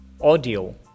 audio